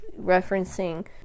referencing